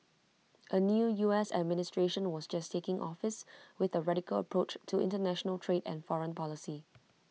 A new U S administration was just taking office with A radical approach to International trade and foreign policy